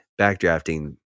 backdrafting